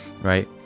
right